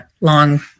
long